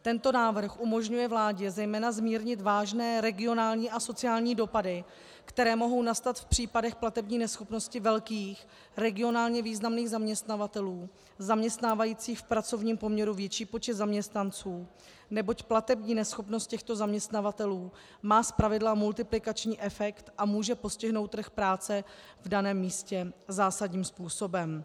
Tento návrh umožňuje vládě zejména zmírnit vážné regionální a sociální dopady, které mohou nastat v případech platební neschopnosti velkých, regionálně významných zaměstnavatelů zaměstnávajících v pracovním poměru větší počet zaměstnanců, neboť platební neschopnost těchto zaměstnavatelů má zpravidla multiplikační efekt a může postihnout trh práce v daném místě zásadním způsobem.